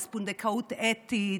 אז פונדקאות אתית.